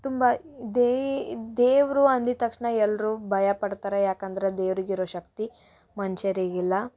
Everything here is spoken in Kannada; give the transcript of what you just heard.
ತುಂಬ ದೇವರು ಅಂದಿದ ತಕ್ಷಣ ಎಲ್ಲರೂ ಭಯ ಪಡ್ತಾರೆ ಯಾಕಂದರೆ ದೇವರಿಗಿರೋ ಶಕ್ತಿ ಮನ್ಷರಿಗಿಲ್ಲ